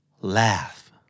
Laugh